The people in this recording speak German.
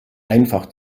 einfach